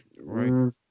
right